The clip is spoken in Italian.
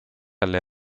alle